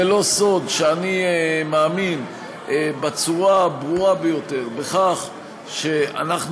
זה לא סוד שאני מאמין בצורה הברורה ביותר בכך שאנחנו